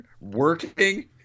working